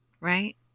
right